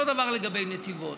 אותו הדבר לגבי נתיבות.